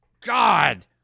God